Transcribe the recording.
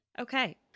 Okay